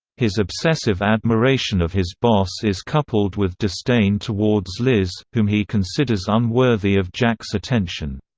his obsessive admiration of his boss is coupled with disdain towards liz, whom he considers unworthy of jack's attention.